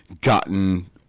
gotten